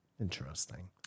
Interesting